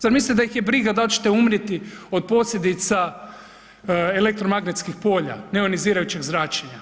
Zar mislite da ih je briga da li ćete umrijeti od posljedica elektromagnetskih polja neionizirajućeg zračenja?